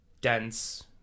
dense